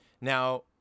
Now